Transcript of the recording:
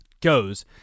goes